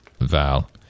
Val